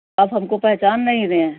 آپ ہم کو پہچان نہیں رہے